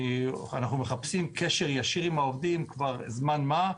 אנחנו מחפשים קשר ישיר עם העובדים כבר זמן מה,